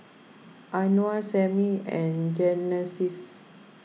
Anwar Sammie and Genesis